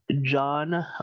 John